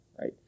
right